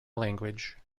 language